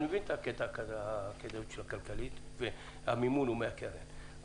אני מבין הקטע של הכדאיות הכלכלית והמימון הוא מהקרן,